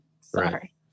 Sorry